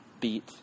beat